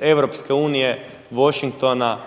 Europske unije, Washingtona